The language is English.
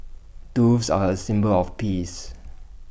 doves are A symbol of peace